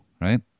right